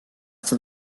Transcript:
tal